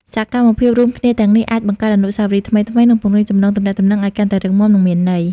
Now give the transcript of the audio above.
សកម្មភាពរួមគ្នាទាំងនេះអាចបង្កើតអនុស្សាវរីយ៍ថ្មីៗ និងពង្រឹងចំណងទំនាក់ទំនងឱ្យកាន់តែរឹងមាំ និងមានន័យ។